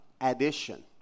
addition